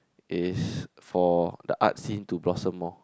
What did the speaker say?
is for the art scene to blossom more